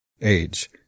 Age